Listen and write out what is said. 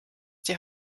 die